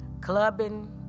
clubbing